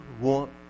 want